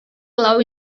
love